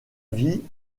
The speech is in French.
vie